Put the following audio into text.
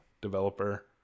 developer